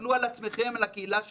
תסתכלו על עצמכם, על הקהילה שלכם,